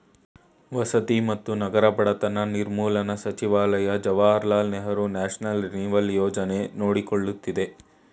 ವಸತಿ ಮತ್ತು ನಗರ ಬಡತನ ನಿರ್ಮೂಲನಾ ಸಚಿವಾಲಯ ಜವಾಹರ್ಲಾಲ್ ನೆಹರು ನ್ಯಾಷನಲ್ ರಿನಿವಲ್ ಯೋಜನೆ ನೋಡಕೊಳ್ಳುತ್ತಿದೆ